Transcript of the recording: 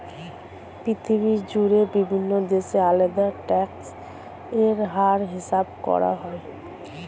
পৃথিবী জুড়ে বিভিন্ন দেশে আলাদা ট্যাক্স এর হার হিসাব করা হয়